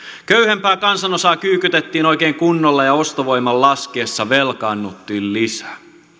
köyhempää kansanosaa kyykytettiin oikein kunnolla ja ja ostovoiman laskiessa velkaannuttiin lisää